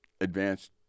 advanced